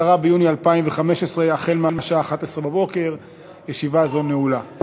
10 ביוני 2015, בשעה 11:00. ישיבה זו נעולה.